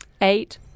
eight